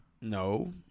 No